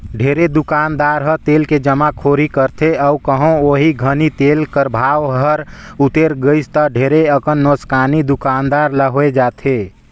ढेरे दुकानदार ह तेल के जमाखोरी करथे अउ कहों ओही घनी तेल कर भाव हर उतेर गइस ता ढेरे अकन नोसकानी दुकानदार ल होए जाथे